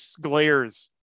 glares